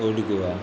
old Goa